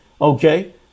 okay